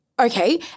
Okay